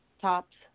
tops